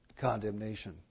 condemnation